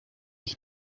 ich